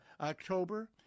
October